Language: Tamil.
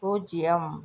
பூஜ்ஜியம்